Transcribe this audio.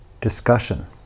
Discussion